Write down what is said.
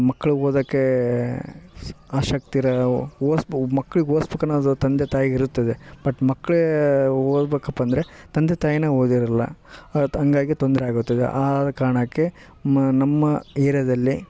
ಮಕ್ಕಳು ಓದೋಕೇ ಅಸಕ್ತಿಯಿರವ್ ಓದಿಸ್ಬೋದು ಮಕ್ಳಿಗೆ ಓದಿಸ್ಬೇಕ್ ಅನ್ನೋದು ತಂದೆ ತಾಯಿಗಿರುತ್ತದೆ ಬಟ್ ಮಕ್ಕಳೆ ಓದಬೇಕಪ್ಪಂದ್ರೆ ತಂದೆ ತಾಯಿ ಓದಿರೊಲ್ಲ ಆತ್ ಹಂಗಾಗಿ ತೊಂದರೆ ಆಗುತ್ತದೆ ಆ ಕಾರಣಕ್ಕೆ ಮ ನಮ್ಮ ಏರ್ಯದಲ್ಲಿ